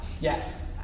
Yes